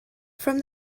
from